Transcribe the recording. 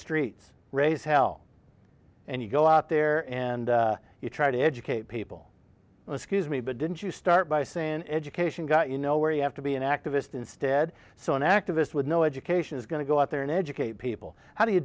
streets raise hell and you go out there and you try to educate people and excuse me but didn't you start by saying education got you know where you have to be an activist instead so an activist with no education is going to go out there and educate people how do you